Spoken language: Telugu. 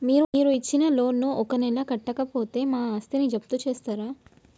మీరు ఇచ్చిన లోన్ ను ఒక నెల కట్టకపోతే మా ఆస్తిని జప్తు చేస్తరా?